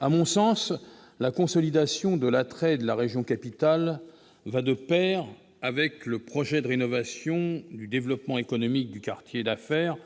À mon sens, la consolidation de l'attrait de la région capitale va de pair avec le projet de rénovation du développement économique du quartier d'affaires